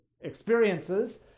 experiences